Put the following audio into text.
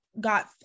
got